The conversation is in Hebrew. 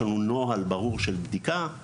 יש לנו נוהל ברור של בדיקה.